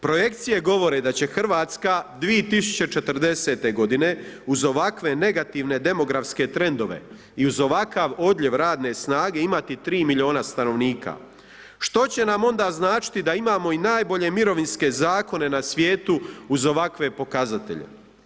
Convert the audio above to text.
Projekcije govore da će Hrvatska 2040. godine uz ovakve negativne demografske trendove i uz ovakav odljev radne snage imati 3 miliona stanovnika što će nam onda značiti da imamo i najbolje mirovinske zakone na svijetu uz ovakve pokazatelje.